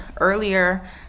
earlier